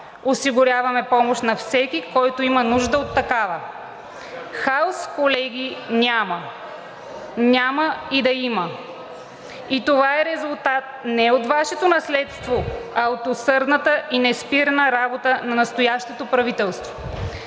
осигуряваме помощ на всеки, който има нужда от такава. Хаос, колеги, няма – няма и да има! Това е резултат не от Вашето наследство, а от усърдната и неспирна работа на настоящото правителство.